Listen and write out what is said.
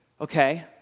Okay